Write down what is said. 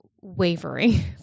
wavering